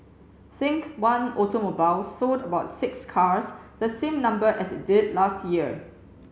think One Automobile sold about six cars the same number as it did last year